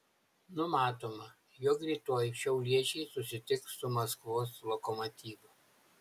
numatoma jog rytoj šiauliečiai susitiks su maskvos lokomotyvu